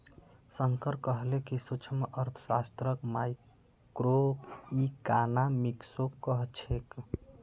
शंकर कहले कि सूक्ष्मअर्थशास्त्रक माइक्रोइकॉनॉमिक्सो कह छेक